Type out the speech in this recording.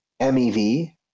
MEV